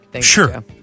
Sure